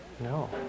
No